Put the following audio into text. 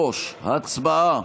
3. הצבעה.